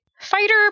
fighter